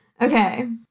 okay